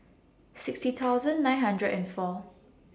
sixty thousand nine hundred and four